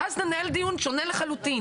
ואז ננהל דיון שונה לחלוטין.